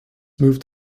moved